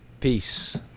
Peace